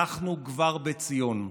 אנחנו כבר בציון.